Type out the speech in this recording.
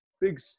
Big